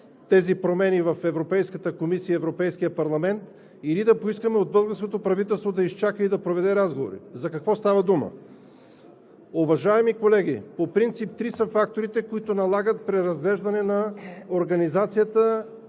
тези промени в Европейската комисия и Европейския парламент, или да поискаме от българското правителство да изчака и да проведе разговори. За какво става дума? Уважаеми колеги, по принцип три са факторите, които налагат преразглеждане на организацията,